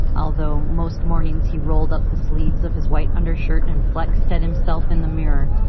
although most mornings he rolled up the sleeves of his white undershirt and flexed it himself in the mirror.